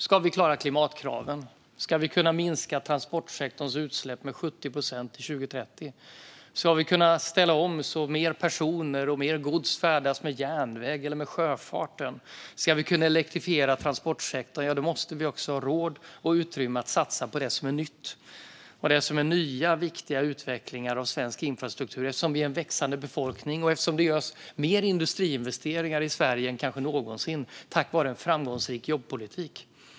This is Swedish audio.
Ska vi klara klimatkraven, ska vi kunna minska transportsektorns utsläpp med 70 procent till 2030, ska vi kunna ställa om så att fler personer och mer gods färdas med järnväg eller med sjöfart och ska vi kunna elektrifiera transportsektorn måste vi ha råd och utrymme att satsa på det som är nytt och det som är nya viktiga utvecklingar av svensk infrastruktur. Vi är nämligen en växande befolkning, och det görs mer industriinvesteringar i Sverige än kanske någonsin, tack vare en framgångsrik jobbpolitik.